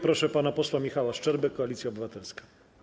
Proszę pana posła Michała Szczerbę, Koalicja Obywatelska.